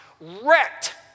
wrecked